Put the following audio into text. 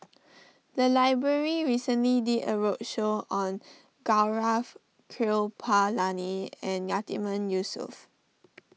the library recently did a roadshow on Gaurav Kripalani and Yatiman Yusof